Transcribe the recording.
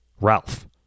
Ralph